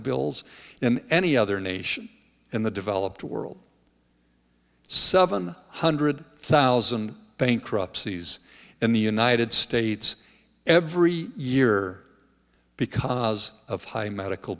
bills in any other nation in the developed world seven hundred thousand bankruptcies in the united states every year because of high medical